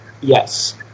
yes